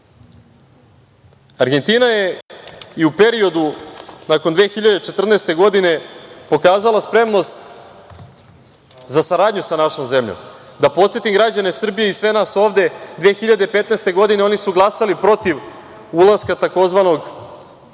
je i u periodu nakon 2014. godine, pokazala spremnost za saradnju sa našom zemljom. Da podsetim građane Srbije i sve nas ovde, 2015. godine oni su glasali protiv ulaska tzv.